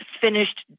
finished